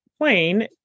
plane